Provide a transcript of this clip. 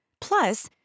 Plus